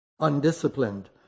undisciplined